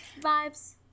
Vibes